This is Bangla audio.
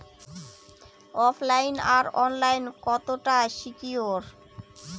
ওফ লাইন আর অনলাইন কতটা সিকিউর?